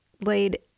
laid